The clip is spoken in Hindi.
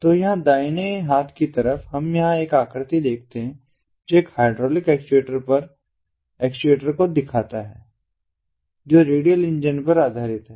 तो यहाँ दाहिने हाथ की तरफ हम यहाँ एक आकृति देखते हैं जो एक हाइड्रोलिक एक्चुएटर पर एक्चुएटर को दिखाता है जो रेडियल इंजन पर आधारित है